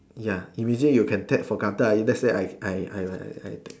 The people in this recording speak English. ya if we say you can take for granted ah if let's say I I I like I